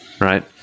Right